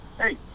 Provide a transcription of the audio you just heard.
hey